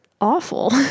Awful